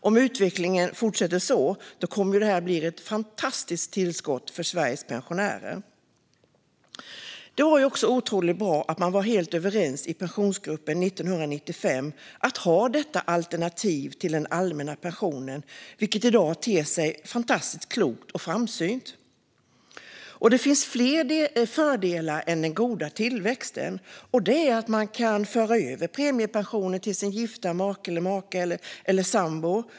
Om utvecklingen fortsätter så kommer detta att bli ett fantastiskt tillskott för Sveriges pensionärer. Det var också otroligt bra att man var helt överens i Pensionsgruppen 1995 om att ha detta alternativ till den allmänna pensionen, vilket i dag ter sig fantastiskt klokt och framsynt. Det finns fler fördelar än den goda tillväxten, och det är att man kan föra över premiepensionen till sin gifta make, maka eller sambo.